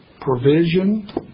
provision